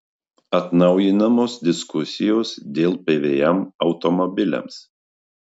atnaujinamos diskusijos dėl pvm automobiliams